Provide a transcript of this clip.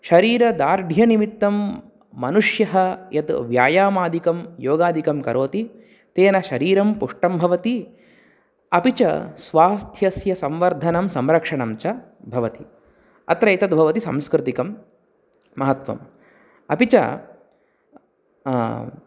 शरीरदार्ढ्यनिमित्तं मनुष्यः यद् व्यायामादिकं योगादिकं करोति तेन शरीरं पुष्टं भवति अपि च स्वास्थ्यस्य संवर्धनं संरक्षणं च भवति अत्र एतत् भवति सांस्कृतिकं महत्त्वं अपि च